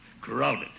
crowded